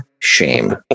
Shame